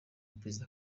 perezida